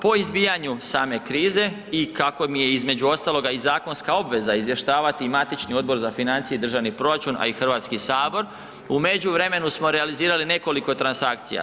Po izbijanju same krize i kako mi je između ostaloga i zakonska obveza izvještavati matični Odbor za financije i državni proračun, a i HS u međuvremenu smo realizirali nekoliko transakcija.